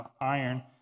iron